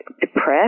depressed